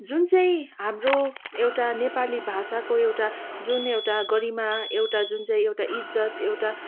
जुन चाहिँ हाम्रो एउटा नेपाली भाषाको एउटा जुन एउटा गरिमा एउटा जुन चाहिँ एउटा इज्जत